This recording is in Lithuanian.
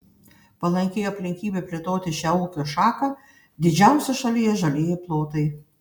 palanki aplinkybė plėtoti šią ūkio šaką didžiausi šalyje žalieji plotai